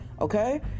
okay